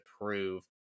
prove